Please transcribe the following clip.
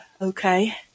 okay